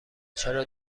چرا